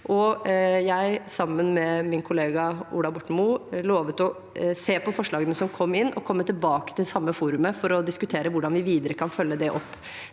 Sammen med min kollega Ola Borten Moe lovet jeg å se på forslagene som kom inn, og komme tilbake til det samme forumet for å diskutere hvordan vi videre kan følge det opp.